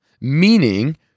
meaning